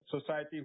society